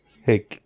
Hey